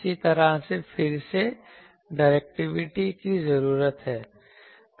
इसी तरह से फिर से डायरेक्टिविटी की जरूरत है